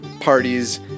parties